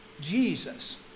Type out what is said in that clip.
Jesus